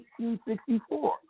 1864